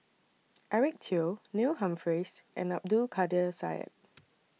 Eric Teo Neil Humphreys and Abdul Kadir Syed